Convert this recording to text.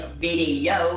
video